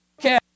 Okay